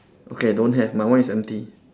okay don't have my one is empty